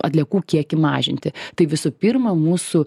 atliekų kiekį mažinti tai visų pirma mūsų